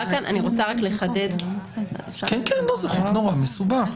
חוק מאוד מסובך.